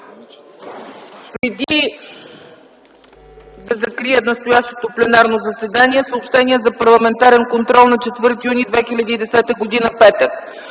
Преди да закрия настоящото пленарно заседание, съобщения за Парламентарен контрол на 4 юни 2010 г, петък: